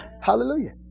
Hallelujah